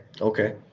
okay